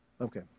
Okay